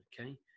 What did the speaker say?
Okay